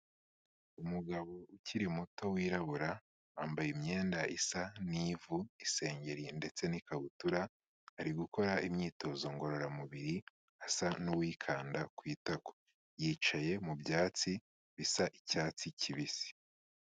Umugabo ukiri muto wirabura, yambaye imyenda isa n'ivu, isengeri ndetse n'ikabutura, ari gukora imyitozo ngororamubiri, asa n'uwikanda ku itako, yicaye mu byatsi bisa icyatsi kibisi.